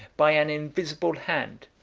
by an invisible hand,